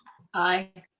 i.